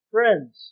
Friends